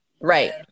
Right